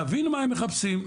להבין מה הם מחפשים,